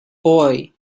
boy